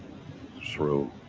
through